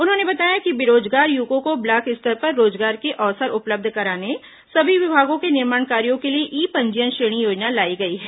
उन्होंने बताया कि बेरोजगार युवकों को ब्लॉक स्तर पर रोजगार के अवसर उपलब्ध कराने सभी विभागों के निर्माण कार्यों के लिए ई पंजीयन श्रेणी योजना लाई गई है